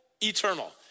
eternal